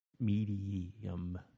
medium